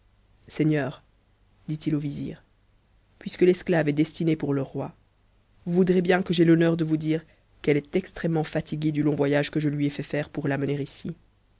seigneur dit-il au vizir puisque l'esclave est destinée pour le roi vous voudrez bien que j'aie l'honneur de vous dire qu'elle est extrêmement fatiguée du long voyage que je lui ai fait faire pour l'amener ici